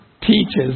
teaches